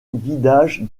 guidage